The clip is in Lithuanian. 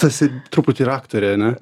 tu esi truputį ir aktorė ar ne